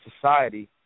Society